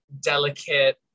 delicate